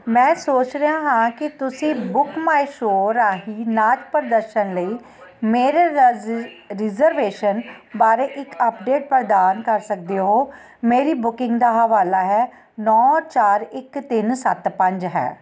ਮੈਂ ਸੋਚ ਰਿਹਾ ਹਾਂ ਕਿ ਤੁਸੀਂ ਬੁੱਕਮਾਈਸ਼ੋ ਰਾਹੀਂ ਨਾਚ ਪ੍ਰਦਰਸ਼ਨ ਲਈ ਮੇਰੇ ਰਜ਼ਿ ਰਿਜ਼ਰਵੇਸ਼ਨ ਬਾਰੇ ਇੱਕ ਅਪਡੇਟ ਪ੍ਰਦਾਨ ਕਰ ਸਕਦੇ ਹੋ ਮੇਰੀ ਬੁਕਿੰਗ ਦਾ ਹਵਾਲਾ ਹੈ ਨੌਂ ਚਾਰ ਇੱਕ ਤਿੰਨ ਸੱਤ ਪੰਜ ਹੈ